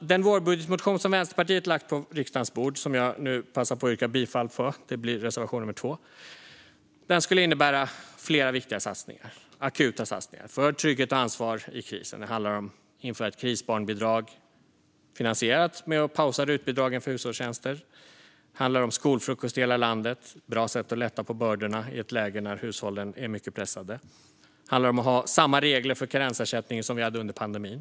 Den vårbudgetmotion som Vänsterpartiet har lagt på riksdagens bord - och som jag nu passar på att yrka bifall till, reservation 2 - skulle innebära flera viktiga akuta satsningar för trygghet och ansvar i krisen. Det handlar om att införa ett krisbarnbidrag, finansierat med att pausa rutbidragen för hushållstjänster. Det handlar om skolfrukost i hela landet. Det är ett bra sätt att lätta på bördorna i ett läge när hushållen är mycket pressade. Det handlar om att ha samma regler för karensersättningen som vi hade under pandemin.